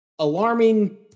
Alarming